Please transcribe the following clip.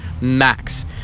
max